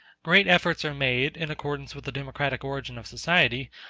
great efforts are made, in accordance with the democratic origin of society,